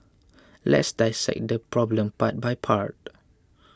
let's dissect this problem part by part